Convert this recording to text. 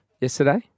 yesterday